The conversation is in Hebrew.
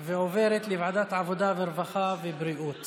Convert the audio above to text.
ועוברת לוועדת העבודה והרווחה והבריאות